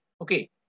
Okay